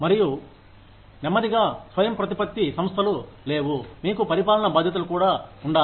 మరియు నెమ్మదిగా స్వయంప్రతిపత్తి సంస్థలు లేవు మీకు పరిపాలన బాధ్యతలు కూడా ఉండాలి